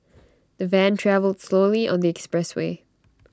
the van travelled slowly on the expressway